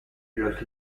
los